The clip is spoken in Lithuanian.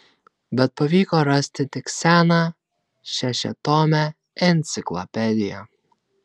bet pavyko rasti tik seną šešiatomę enciklopediją